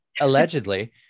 allegedly